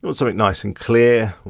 but so like nice and clear,